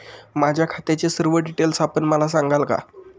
माझ्या खात्याचे सर्व डिटेल्स आपण मला सांगाल का?